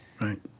right